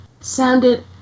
sounded